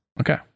Okay